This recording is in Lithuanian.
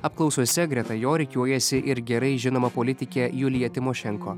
apklausose greta jo rikiuojasi ir gerai žinoma politikė julija tymošenko